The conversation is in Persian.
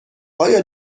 آیا